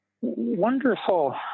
wonderful